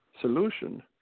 solution –